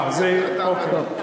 אני חושב שהגשנו אותה כבר.